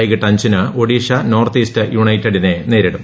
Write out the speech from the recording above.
വൈകിട്ട് അഞ്ചിന് Odisha north east യൂണൈറ്റഡിനെ നേരിടും